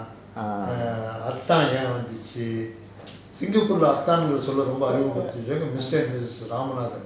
ah